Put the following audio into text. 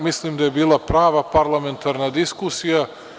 Mislim da je bila prava parlamentarna diskusija.